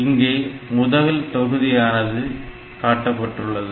இங்கே முதல் தொகுதியானது காட்டப்பட்டுள்ளது